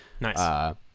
Nice